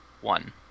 One